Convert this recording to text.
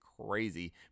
crazy